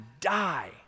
die